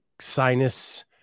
sinus